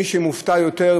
מי שמופתע יותר,